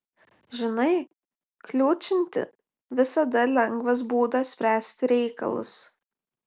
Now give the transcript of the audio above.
žinai kliūčinti visada lengvas būdas spręsti reikalus